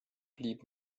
blieb